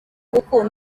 urukundo